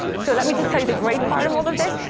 so let me just tell you, the great part of all of this?